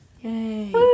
Yay